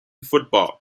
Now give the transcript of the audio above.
football